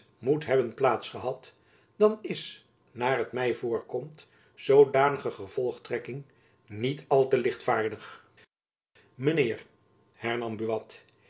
moet hebben plaats gehad dan is naar t my voorkomt zoodanige gevolgtrekking niet al te lichtvaardig mijn heer